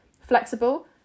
flexible